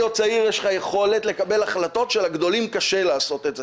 להיות צעיר יש לך יכולת לקבל החלטות שלגדולים קשה לעשות את זה.